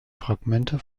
fragmente